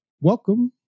welcome